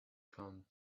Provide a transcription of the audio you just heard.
come